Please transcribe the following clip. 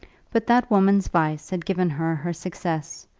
but that woman's vice had given her her success,